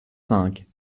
cinq